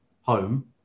home